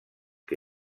que